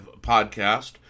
podcast